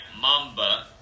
Mamba